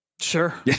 sure